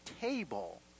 table